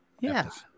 Yes